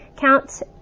Count